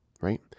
right